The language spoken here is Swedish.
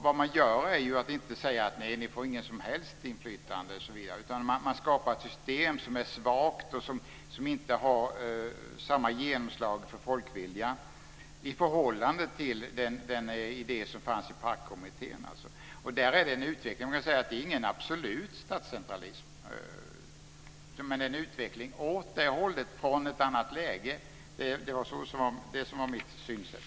Vad man gör är inte att säga "nej, ni får inget som helst inflytande" osv., utan man skapar ett system som är svagt och som inte har samma genomslag för folkviljan i förhållande till den idé som finns i PARK-kommittén. Där är det en utveckling, men det är ingen absolut statscentralism. Det är en utveckling åt det hållet från ett annat läge. Det var det som var mitt synsätt.